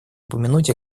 упомянуть